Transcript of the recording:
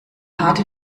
harte